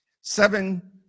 Seven